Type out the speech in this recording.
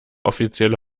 offizielle